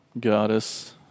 goddess